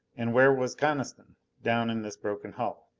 and where was coniston, down in this broken hull?